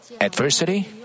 adversity